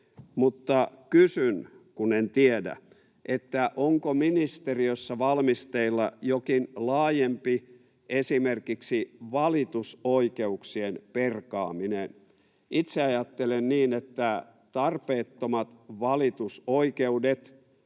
Mutta kysyn, kun en tiedä: onko ministeriössä valmisteilla jokin laajempi, esimerkiksi valitusoikeuksien perkaaminen? Itse ajattelen niin, että tarpeettomat valitusoikeudet